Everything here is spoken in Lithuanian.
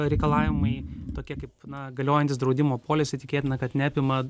reikalavimai tokie kaip na galiojantys draudimo polisai tikėtina kad neapima